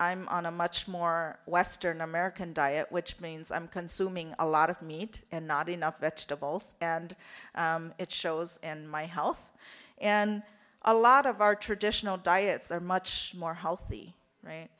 i'm on a much more western american diet which means i'm consuming a lot of meat and not enough vegetables and it shows in my health and a lot of our traditional diets are much more healthy right